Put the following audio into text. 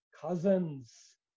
cousins